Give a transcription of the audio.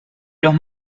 los